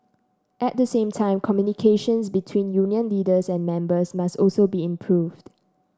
at the same time communications between union leaders and members must also be improved